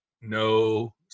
No